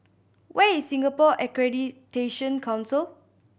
where is Singapore Accreditation Council